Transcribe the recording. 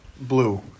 Blue